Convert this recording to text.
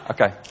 Okay